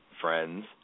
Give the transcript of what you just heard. friends